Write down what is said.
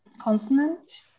consonant